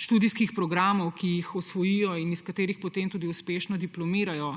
študijskih programov, ki jih usvojijo in iz katerih potem ti ljudje tudi uspešno diplomirajo,